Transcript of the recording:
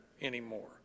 anymore